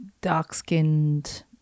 dark-skinned